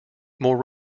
more